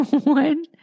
One